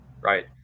right